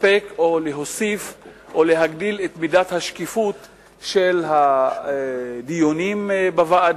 לספק או להוסיף או להגדיל את מידת השקיפות של הדיונים בוועדה,